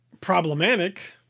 problematic